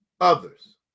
others